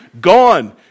Gone